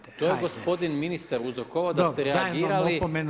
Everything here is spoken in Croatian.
to je gospodin ministar uzrokovao, da ste reagirali…